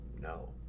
no